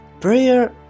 prayer